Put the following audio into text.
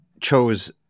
chose